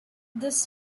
this